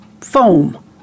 foam